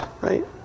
Right